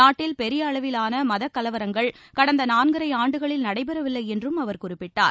நாட்டில் பெரிய அளவிலான மதக் கலவரங்கள் கடந்த நாள்கரை ஆண்டுகளில் நடைபெறவில்லை என்றும் அவர் குறிப்பிட்டார்